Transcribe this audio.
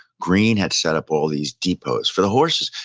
greene had set up all these depots for the horses.